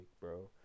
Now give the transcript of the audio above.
bro